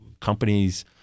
companies